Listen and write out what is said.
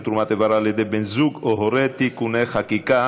תרומת איבר על ידי בן זוג או הורה) (תיקוני חקיקה),